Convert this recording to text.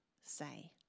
say